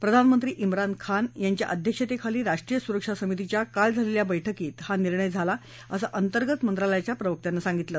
प्रधानमंत्री चिन खान यांच्या अध्यक्षतेखाली राष्ट्रीय सुरक्षा समितीच्या काल झालेल्या बक्कीत हा निर्णय झाल्याचं अंतर्गत मंत्रालयाच्या प्रवक्त्यानं सांगितलं